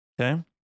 Okay